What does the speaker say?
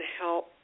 help